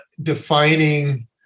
defining